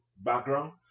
background